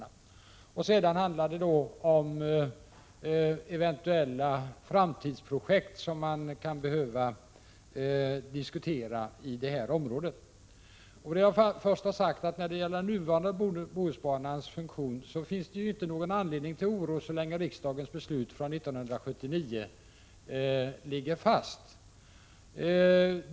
För det andra handlar det om eventuella framtidsprojekt i detta område som man kan behöva diskutera. Jag har tidigare sagt att när det gäller den nuvarande Bohusbanans funktion finns det ingen anledning till oro så länge riksdagens beslut från 1979 ligger fast.